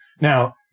Now